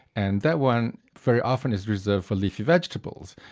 and that one, very often, is reserved for leafy vegetables.